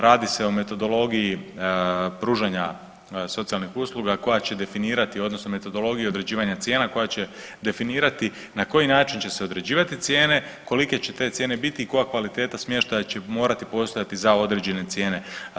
Radi se o metodologiji pružanja socijalnih usluga koja će definirati, odnosno metodologiju određivanja cijena koja će definirati na koji način će se određivati cijene, kolike će te cijene biti i koja kvaliteta smještaja će morati postojati za određene cijene.